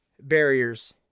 barriers